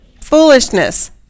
Foolishness